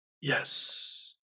Yes